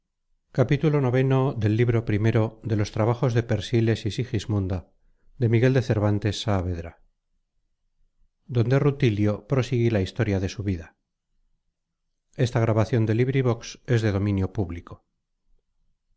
rutilio prosigue la historia de su vida